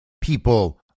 people